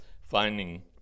finding